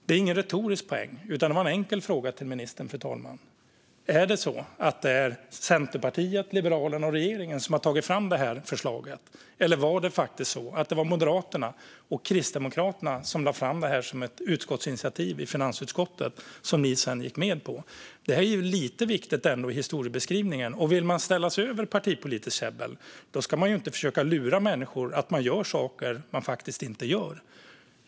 Det är ingen retorisk poäng, fru talman, utan det är en enkel fråga till ministern: Är det så att det är Centerpartiet, Liberalerna och regeringen som har tagit fram detta förslag, eller var det faktiskt så att det var Moderaterna och Kristdemokraterna som lade fram detta som ett utskottsinitiativ i finansutskottet som ni sedan gick med på? Det här är ju ändå lite viktigt i historiebeskrivningen, och vill man ställa sig över partipolitiskt käbbel ska man inte försöka att lura människor att man gör saker som man faktiskt inte gör.